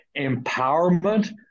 empowerment